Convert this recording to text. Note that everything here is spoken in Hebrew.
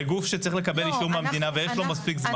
לגוף שצריך לקבל אישור מהמדינה ויש לו מספיק זמן?